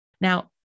Now